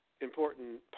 important